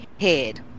head